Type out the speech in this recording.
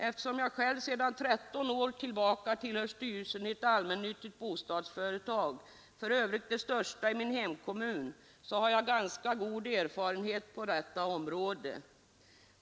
Eftersom jag själv sedan 13 år tillbaka tillhör styrelsen i ett allmännyttigt bostadsföretag — för övrigt det största i min hemkommun — har jag ganska god erfarenhet på detta område.